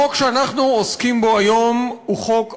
החוק שאנחנו עוסקים בו היום הוא חוק אכזרי,